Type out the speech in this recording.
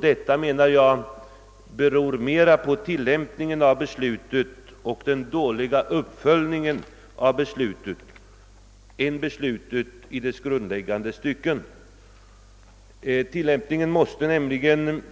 Detta beror emellertid mera på den dåliga uppföljningen av beslutet än på beslutet självt i dess grundläggande stycken. Tillämpningen måste nämligen